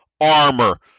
Armor